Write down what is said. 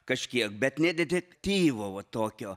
kažkiek bet ne detektyvo va tokio